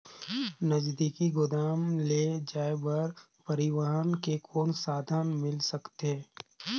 नजदीकी गोदाम ले जाय बर परिवहन के कौन साधन मिल सकथे?